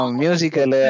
musical